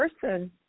person